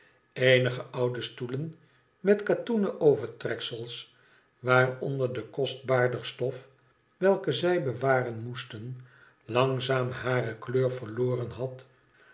eenige oude stoelen met katoenen overtreksels waaronder de kostbaarder stof welke zij bewaren moesten langzaam hare kleur verloren had